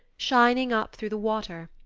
shining up through the water,